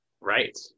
Right